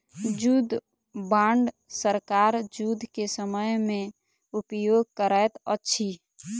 युद्ध बांड सरकार युद्ध के समय में उपयोग करैत अछि